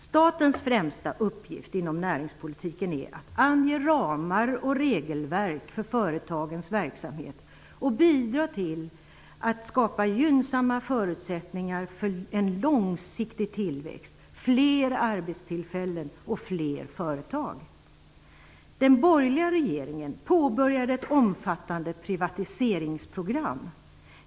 Statens främsta uppgift inom näringspolitiken är att ange ramar och regelverk för företagens verksamhet och att bidra till att skapa gynnsamma förutsättningar för långsiktig tillväxt, fler arbetstillfällen och fler företag. Den borgerliga regeringen påbörjade ett omfattande privatiseringsprogram.